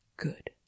Good